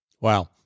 Wow